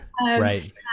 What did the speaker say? Right